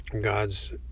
God's